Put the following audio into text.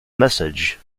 message